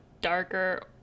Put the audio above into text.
darker